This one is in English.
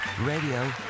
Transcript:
radio